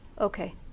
Okay